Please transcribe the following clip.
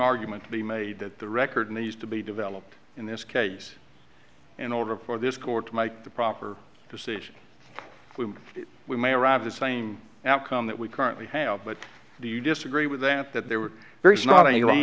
argument to be made that the record used to be developed in this case in order for this court might the proper decision we we may arrive the same outcome that we currently have but do you disagree with that that there were there is not any